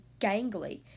gangly